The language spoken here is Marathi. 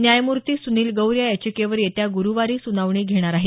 न्यायमूर्ती सुनिल गौर या याचिकेवर येत्या गुरुवारी सुनावणी घेणार आहेत